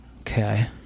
Okay